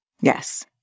Yes